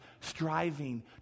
striving